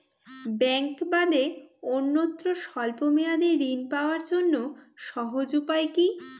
ব্যাঙ্কে বাদে অন্যত্র স্বল্প মেয়াদি ঋণ পাওয়ার জন্য সহজ উপায় কি?